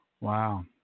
Wow